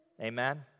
Amen